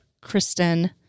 Kristen